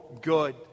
good